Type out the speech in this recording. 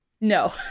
No